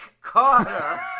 carter